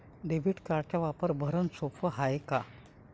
Debit कार्डचा वापर भरनं सोप हाय का?